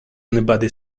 anybody